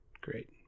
great